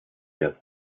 wird